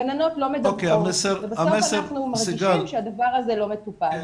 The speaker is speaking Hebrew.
הגננות לא מדווחות ובסוף אנחנו מרגישים שהדבר הזה לא מטופל.